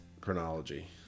chronology